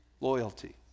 loyalty